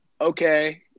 Okay